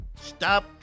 Stop